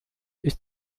ist